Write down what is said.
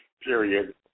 period